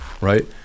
right